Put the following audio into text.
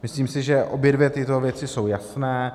Myslím si, že obě dvě tyto věci jsou jasné.